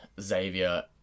Xavier